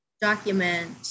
document